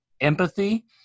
empathy